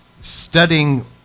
studying